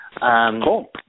Cool